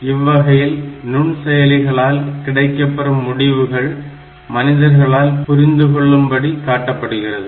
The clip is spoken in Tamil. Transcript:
இவ்வகையில் நுண் செயலிகளால் கிடைக்கப்பெறும் முடிவுகள் மனிதர்களால் புரிந்து கொள்ளும்படி காட்டப்படுகிறது